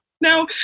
now